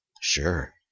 Sure